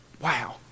Wow